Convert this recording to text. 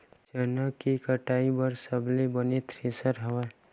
चना के कटाई बर सबले बने थ्रेसर हवय?